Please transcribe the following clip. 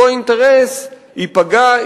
אותו אינטרס ייפגע,